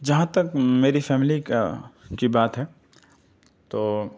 جہاں تک میری فیملی کا کی بات ہے تو